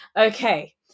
okay